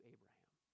Abraham